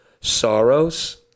Sorrows